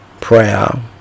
Prayer